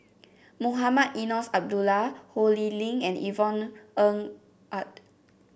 Mohamed Eunos Abdullah Ho Lee Ling and Yvonne Ng Uhde